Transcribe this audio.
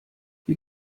you